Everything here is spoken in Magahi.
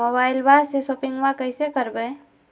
मोबाइलबा से शोपिंग्बा कैसे करबै?